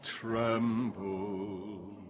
tremble